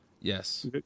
Yes